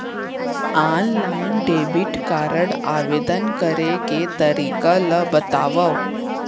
Online debit card आवेदन करे के तरीका ल बतावव?